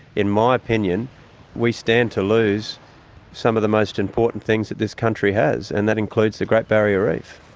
in my opinion we stand to lose some of the most important things this country has, and that includes the great barrier reef.